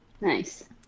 Nice